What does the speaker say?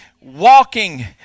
walking